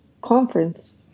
conference